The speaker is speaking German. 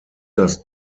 das